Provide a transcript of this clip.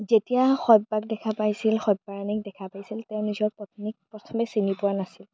যেতিয়া সব্য়াক দেখা পাইছিল সব্য়া ৰাণীক দেখা পাইছিল তেওঁ নিজৰ পত্নীক প্ৰথমে চিনি পোৱা নাছিল